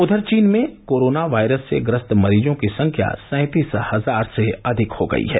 उधर चीन में कोरोना वायरस से ग्रस्त मरीजों की संख्या सैंतीस हजार से अधिक हो गई है